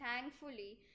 thankfully